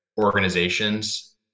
organizations